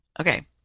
Okay